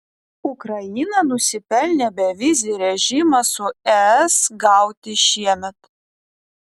ukraina nusipelnė bevizį režimą su es gauti šiemet